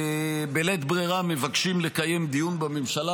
ובלית ברירה מבקשים לקיים דיון בממשלה,